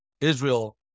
Israel